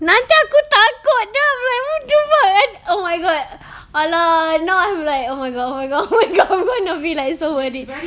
nanti aku takut lah like what the fuck e~ oh my god !alah! now I'm like oh my god oh my god oh my god I'm gonna be like so worried